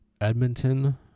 Edmonton